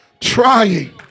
trying